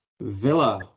Villa